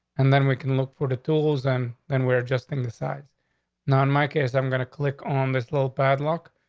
and then we can look for the tools and and we're just in the side. not in my case. i'm going to click on this little padlock,